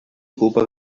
ocupa